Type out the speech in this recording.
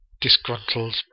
disgruntled